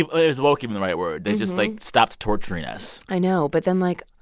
ah is woke even the right word? they just, like, stopped torturing us i know. but then, like,